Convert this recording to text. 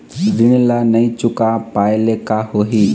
ऋण ला नई चुका पाय ले का होही?